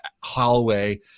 hallway